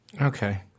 Okay